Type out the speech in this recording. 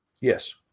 Yes